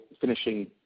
finishing